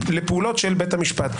לפעולות של בית המשפט.